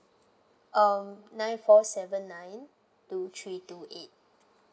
uh nine four seven nine two three two eight